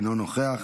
אינו נוכח,